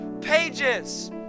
pages